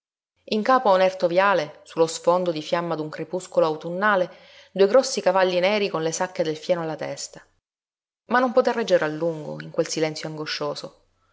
in capo a un erto viale su lo sfondo di fiamma d'un crepuscolo autunnale due grossi cavalli neri con le sacche del fieno alla testa ma non poté reggere a lungo in quel silenzio angoscioso